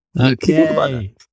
Okay